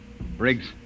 Briggs